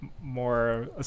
more